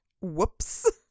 whoops